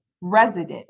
resident